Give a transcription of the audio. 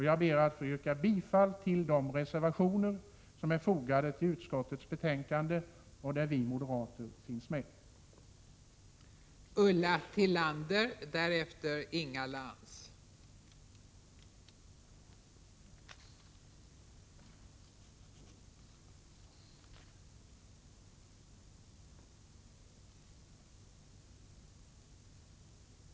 Jag ber att få yrka bifall till de reservationer som är fogade till utskottets betänkande och där vi moderater finns med som reservanter.